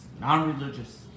non-religious